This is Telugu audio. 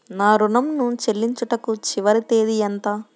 నా ఋణం ను చెల్లించుటకు చివరి తేదీ ఎంత?